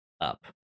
up